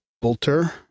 Bolter